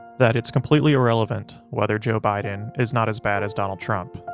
that it's completely irrelevant whether joe biden is not as bad as donald trump.